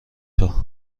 طور